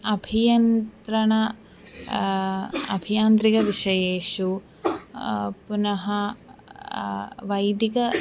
अभियन्त्रणं अभियान्त्रिकविषयेषु पुनः वैदिकं